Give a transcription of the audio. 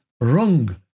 wrong